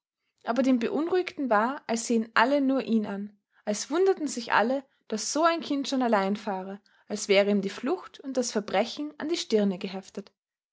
aber dem beunruhigten war als sähen alle nur ihn an als wunderten sich alle daß so ein kind schon allein fahre als wäre ihm die flucht und das verbrechen an die stirne geheftet